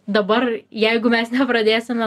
dabar jeigu mes nepradėsime